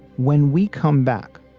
when we come back,